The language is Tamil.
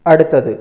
அடுத்தது